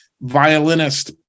violinist